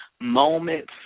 moments